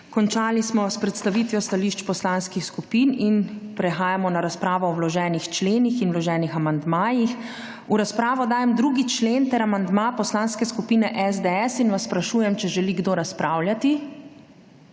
Končali smo s predstavitvijo stališč poslanskih skupin. Prehajamo na razpravo o vloženih členih in vloženih amandmajih. V razpravo dajem 2. člen ter amandma poslanske skupine SDS in vas sprašujem, če želi kdo razpravljati?